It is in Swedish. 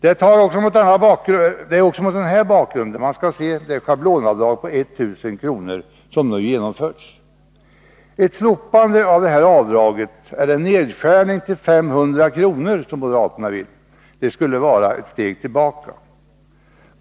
Det är också mot denna bakgrund man skall se det schablonavdrag på 1000 kr. som nu genomförts. Ett slopande av detta avdrag, eller en nedskärning till 500 kr. som moderaterna vill, skulle vara ett steg tillbaka.